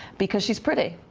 because she is pretty.